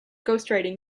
ghostwriting